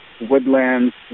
woodlands